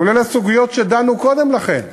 כולל הסוגיות שדנו בהן קודם לכן.